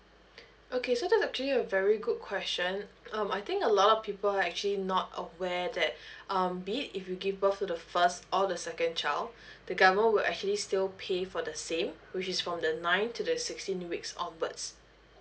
okay so that are actually a very good question um I think a lot of people are actually not aware that um be it if you give birth to the first or the second child the government will actually still pay for the same which is from the nine to the sixteen weeks onwards